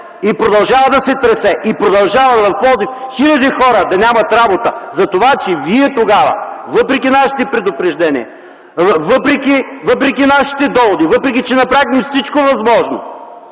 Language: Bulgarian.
и продължава да се тресе, и продължава в Пловдив хиляди хора на нямат работа за това, че вие тогава, въпреки нашите предупреждения, въпреки нашите доводи, въпреки че направихме всички възможно